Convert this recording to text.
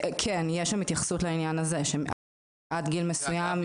כן, יש שם התייחסות לעניין הזה, של עד גיל מסוים,